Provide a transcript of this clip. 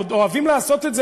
אוהב לעשות את זה,